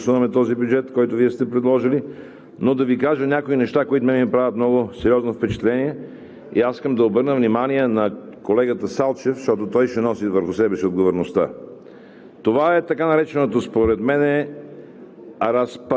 политическо отношение към бюджета, то е негативно и няма да гласуваме този бюджет, който Вие сте предложили, но да Ви кажа някои неща, които на мен ми правят много сериозно впечатление. Аз искам да обърна внимание на колегата Салчев, защото той ще носи върху себе си отговорността,